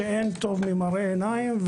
שאין טוב ממראה עיניים.